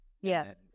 yes